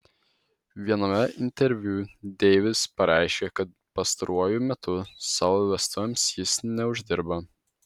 viename interviu deivis pareiškė kad pastaruoju metu savo vestuvėms jis neuždirba